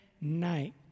night